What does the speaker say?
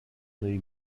nei